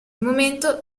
momento